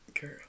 Girl